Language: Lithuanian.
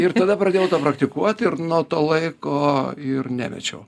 ir tada pradėjau praktikuoti ir nuo to laiko ir nemečiau